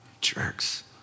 jerks